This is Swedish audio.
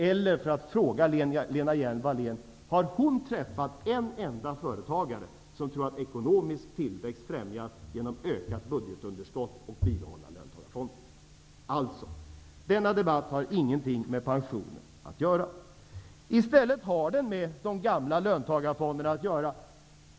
Eller har Lena Hjelm-Wallén träffat en enda företagare som tror att ekonomisk tillväxt främjas genom ökat budgetunderskott och ett bibehållande av löntagarfonderna? Denna debatt har alltså inget med pensionerna att göra. I stället har den med de gamla löntagarfonderna att göra.